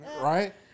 Right